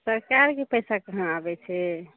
सरकारके पैसा कहाँ आबै छै